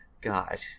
God